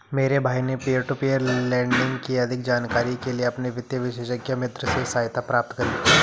मेरे भाई ने पियर टू पियर लेंडिंग की अधिक जानकारी के लिए अपने वित्तीय विशेषज्ञ मित्र से सहायता प्राप्त करी